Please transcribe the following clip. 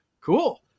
Cool